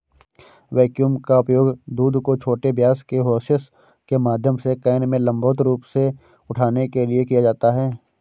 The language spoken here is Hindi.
वैक्यूम का उपयोग दूध को छोटे व्यास के होसेस के माध्यम से कैन में लंबवत रूप से उठाने के लिए किया जाता है